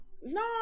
No